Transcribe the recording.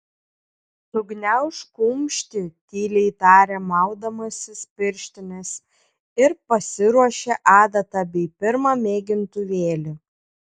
sugniaužk kumštį tyliai tarė maudamasis pirštines ir pasiruošė adatą bei pirmą mėgintuvėlį